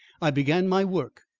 i began my work,